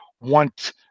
want